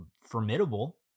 formidable